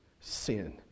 sin